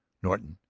norton,